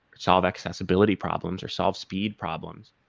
solve accessibility problems or solve speed problems,